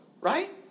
Right